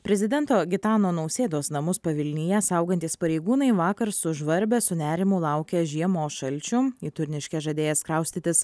prezidento gitano nausėdos namus pavilnyje saugantys pareigūnai vakar sužvarbę su nerimu laukė žiemos šalčių į turniškes žadėjęs kraustytis